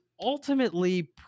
ultimately